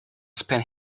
spend